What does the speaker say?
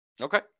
Okay